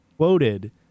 quoted